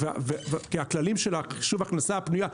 כי הכללים של חישוב ההכנסה הפנויה,